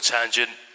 Tangent